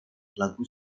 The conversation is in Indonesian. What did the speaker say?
lagu